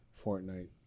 Fortnite